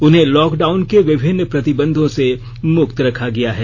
उन्हें लॉकडाउन के विभिन्न प्रतिबंधों से मुक्त रखा गया है